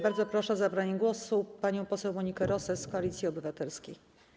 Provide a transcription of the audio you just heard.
Bardzo proszę o zabranie głosu panią poseł Monikę Rosę z Koalicji Obywatelskiej.